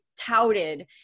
touted